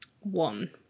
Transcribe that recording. One